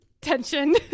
tension